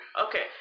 Okay